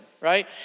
Right